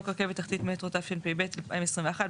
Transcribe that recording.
רכבת תחתית (מטרו) התשפ"ב 2021,